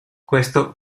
questo